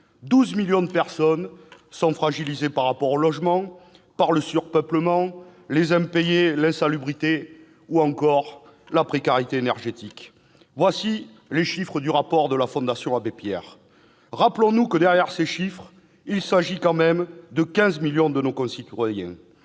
12 millions de personnes sont fragilisées par rapport au logement, par le surpeuplement, les impayés, l'insalubrité ou la précarité énergétique. Ce sont les chiffres du rapport de la fondation Abbé-Pierre. Rappelons-nous que, derrière ces chiffres, il s'agit quand même de 15 millions de nos concitoyens.